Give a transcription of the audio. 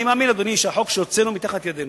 אני מאמין, אדוני, שהחוק שהוצאנו מתחת ידינו,